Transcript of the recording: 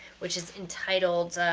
which is entitled,